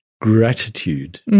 gratitude